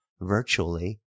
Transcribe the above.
virtually